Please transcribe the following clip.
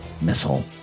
missile